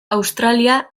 australia